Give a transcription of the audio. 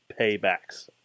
payback's